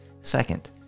Second